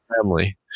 family